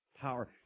power